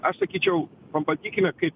aš sakyčiau pam patikyme kaip